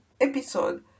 episode